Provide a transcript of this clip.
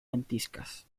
ventiscas